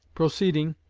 proceeding,